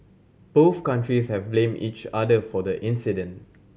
both countries have blamed each other for the incident